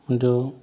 जो